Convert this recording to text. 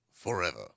forever